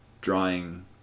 drawing